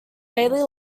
daily